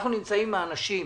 אנחנו נמצאים עם האנשים.